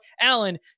Alan